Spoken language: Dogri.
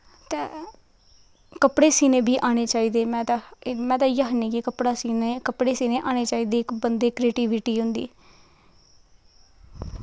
ते कपड़े सीने बी आह्ने चाहिदे में ते इ'यै आखनी कि कपड़ा सीना आह्ने चाहिदे इक बंदे दी क्रियेटिविटी होंदी